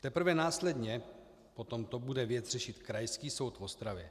Teprve následně potom to bude řešit Krajský soud v Ostravě.